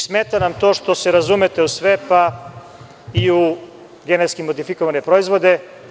Smeta nam to što se razumete u sve, pa i u genetski modifikovane proizvode.